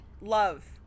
love